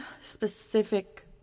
specific